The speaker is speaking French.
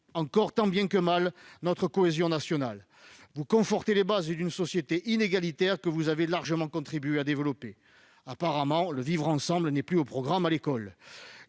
encore, tant bien que mal, notre cohésion nationale. Vous confortez les bases d'une société inégalitaire, que vous avez largement contribué à développer. Apparemment, le vivre-ensemble n'est plus au programme à l'école